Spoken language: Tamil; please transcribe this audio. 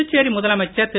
புதுச்சேரி முதலமைச்சர் திரு